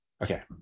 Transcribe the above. Okay